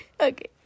Okay